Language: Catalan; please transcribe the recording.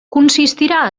consistirà